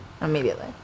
immediately